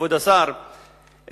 כבוד השר,